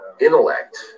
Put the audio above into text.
intellect